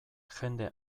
jende